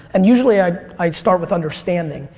and usually i i start with understanding.